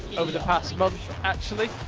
over the past month actually.